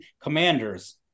Commanders